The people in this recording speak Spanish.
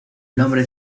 nombre